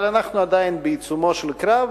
אבל אנחנו עדיין בעיצומו של קרב,